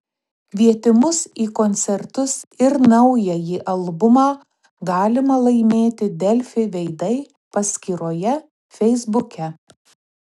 kvietimus į koncertus ir naująjį albumą galima laimėti delfi veidai paskyroje feisbuke